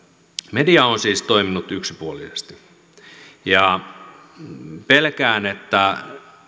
media on siis toiminut yksipuolisesti pelkään että